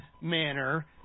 manner